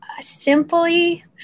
simply